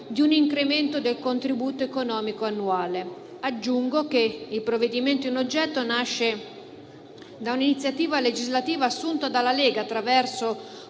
di un incremento del contributo economico annuale. Aggiungo che il provvedimento in oggetto nasce da un'iniziativa legislativa assunta dalla Lega attraverso